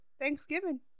Thanksgiving